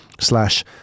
slash